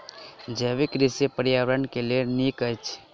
जैविक कृषि पर्यावरण के लेल नीक अछि